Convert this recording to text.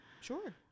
Sure